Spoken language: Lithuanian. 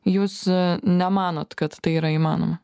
jūs nemanot kad tai yra įmanoma